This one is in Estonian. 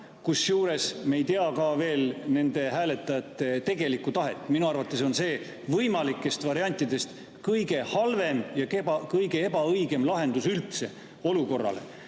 kusjuures me ei tea nende hääletajate tegelikku tahet. Minu arvates on see võimalikest variantidest kõige halvem ja kõige ebaõigem lahendus üldse olukorrale.